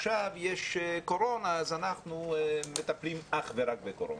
עכשיו יש קורונה אז אנחנו מטפלים אך ורק בקורונה.